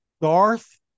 Darth